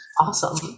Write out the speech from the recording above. Awesome